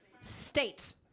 state